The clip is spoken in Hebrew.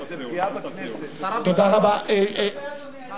אדוני יושב-ראש הכנסת, זאת פגיעה בכנסת.